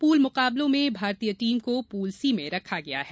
pool मुकाबलों में भारतीय टीम को पूल सी में रखा गया है